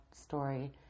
story